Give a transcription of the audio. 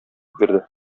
бирде